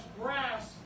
grass